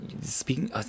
Speaking